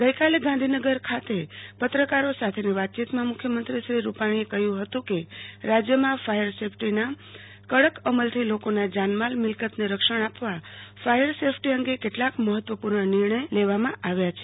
ગઈકાલે ગાંધીનગર ખાતે પત્રકારો સાથેની વાતયીતમાં મુખ્યમંત્રી શ્રી રૂપાણીએ કહ્યું હતું કે રાજ્વ્નમાં ફાયર સેફ્ટીના કડક અમથી લોકોના જાન માલ મિલકતને રક્ષણ આપવા ફાયર સેફટી અંગે કેટલાક મહત્વપૂર્ણ નિર્ણય લેવામાં આવ્યા છે